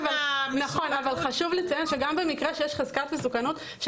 נכון אבל חשוב לציין שגם במקרה שיש חזקת מסוכנות,